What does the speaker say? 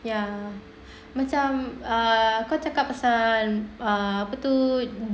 ya macam uh kan cakap pasal uh apa tu